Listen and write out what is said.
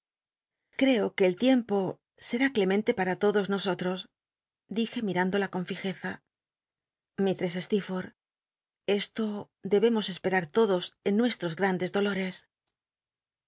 cco que el tiempo sera clemente pam lodos nosotros dije mirándola con fijeza iistrcss slcerfortb esto debemos esperar todos en nucsh'os grandes dolores